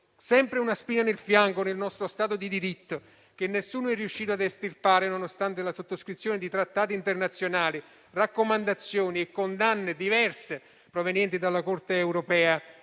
sempre una spina nel fianco nel nostro Stato di diritto, che nessuno è riuscito a estirpare, nonostante la sottoscrizione di Trattati internazionali, raccomandazioni e condanne diverse provenienti dalla Corte europea